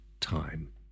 Time